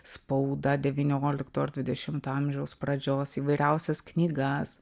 spaudą devyniolikto ar dvidešimto amžiaus pradžios įvairiausias knygas